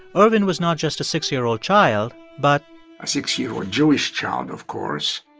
ervin was not just a six year old child but. a six year old jewish child, of course